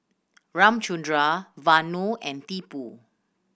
Ramchundra Vanu and Tipu